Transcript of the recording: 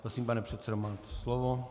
Prosím, pane předsedo, máte slovo.